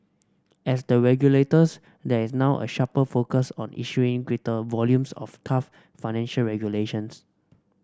as the regulators there is now a sharper focus on issuing greater volumes of tough financial regulations